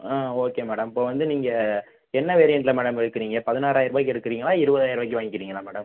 ஆ okay madam இப்போ வந்து நீங்கள் என்ன வேரியண்ட்ல மேடம் எடுக்குறீங்கள் பதினாறாயரருபாய்க்கு எடுக்குறீங்களா இருபதாயருவாய்க்கு வாங்கிறீங்களா மேடம்